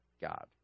God